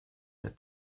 der